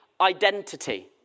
identity